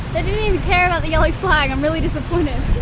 they didn't even care about the yellow flag, i'm really disappointed.